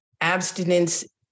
abstinence